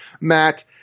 Matt